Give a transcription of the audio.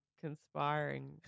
conspiring